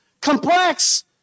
complex